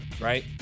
right